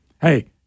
Hey